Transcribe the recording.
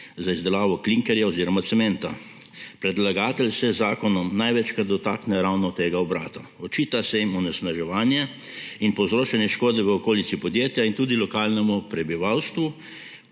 za izdelavo klinkerja oziroma cementa. Predlagatelj se z zakonom največkrat dotakne ravno tega obrata. Očita se jim onesnaževanje in povzročanje škode v okolici podjetja in tudi lokalnemu prebivalstvu,